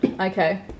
Okay